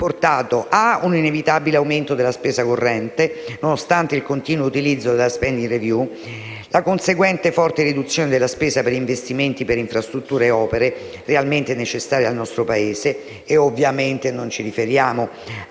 portato un inevitabile aumento della spesa corrente, nonostante il continuo utilizzo della *spending rewiev*; la conseguente forte riduzione della spesa per investimenti per infrastrutture e opere realmente necessarie al nostro Paese (e non ci riferiamo